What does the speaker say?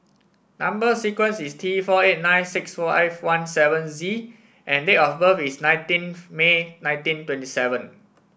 number sequence is T four eight nine six five seventeen Z and date of birth is nineteen May nineteen twenty seven